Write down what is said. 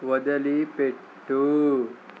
వదిలిపెట్టు